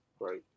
right